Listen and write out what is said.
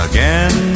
Again